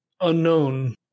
unknown